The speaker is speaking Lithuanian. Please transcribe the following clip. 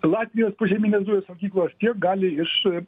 latvijos požeminės dujų saugyklos tiek gali iš